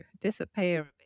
disappear